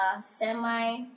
semi